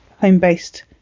home-based